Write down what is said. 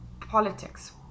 politics